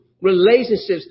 relationships